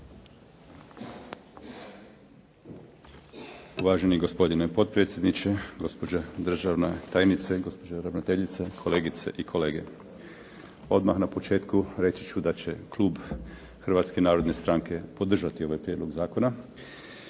Uvaženi gospodine potpredsjedniče, gospođo državna tajnice, gospođo ravnateljice, kolegice i kolege. Odmah na početku reći ću da će klub Hrvatske narodne stranke podržati ovaj prijedlog zakona.